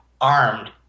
armed